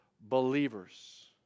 believers